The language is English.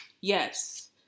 yes